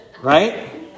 Right